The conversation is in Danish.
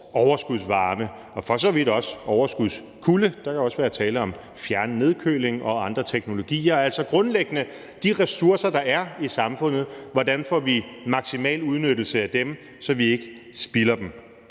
overskudsvarme og for så vidt også overskudskulde. Der kan også være tale om fjernnedkøling og andre teknologier. Altså, hvordan får vi maksimal udnyttelse af de ressourcer, der